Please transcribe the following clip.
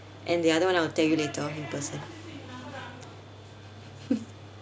and the other one I'll tell you later in person